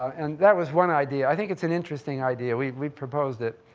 and that was one idea. i think it's an interesting idea, we we proposed it,